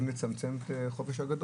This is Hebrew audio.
האם המסקנה היא גם לצמצם את החופש הגדול?